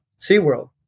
SeaWorld